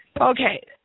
Okay